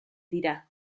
dira